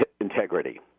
integrity